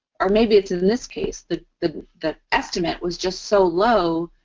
or maybe it's in this case the the the estimate was just so low.